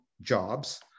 jobs